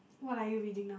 what are you reading now